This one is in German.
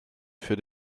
für